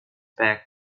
back